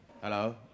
Hello